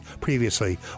previously